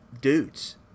dudes